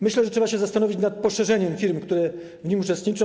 Myślę, że trzeba się zastanowić nad poszerzeniem zakresu firm, które w tym uczestniczą.